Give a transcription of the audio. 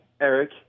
Eric